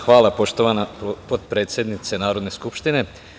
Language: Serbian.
Hvala, poštovana potpredsednice Narodne skupštine.